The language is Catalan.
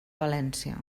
valència